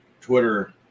Twitter